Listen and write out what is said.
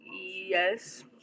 yes